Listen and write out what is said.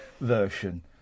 version